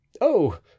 Oh